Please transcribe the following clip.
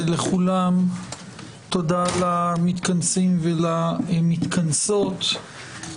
לכולם, תודה למתכנסים ולמתכנסות.